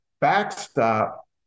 backstop